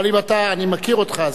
אבל אני מכיר אותך.